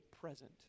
present